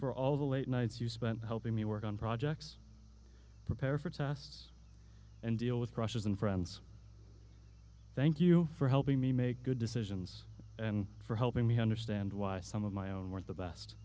for all the late nights you spent helping me work on projects prepare for tests and deal with brushes and friends thank you for helping me make good decisions and for helping me understand why some of my own words the best